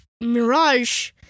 Mirage